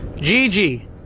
Gigi